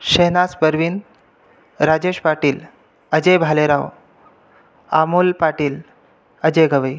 Shehnaz Parveen Rajesh Patil Ajay Bhalerao Amol Patil Ajay Gavai